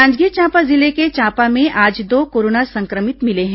जांजगीर चांपा जिले के चांपा में आज दो कोरोना संक्रमित मिले हैं